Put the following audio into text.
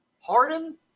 Harden